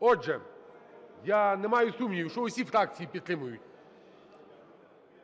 Отже, я не маю сумнівів, що всі фракції підтримують,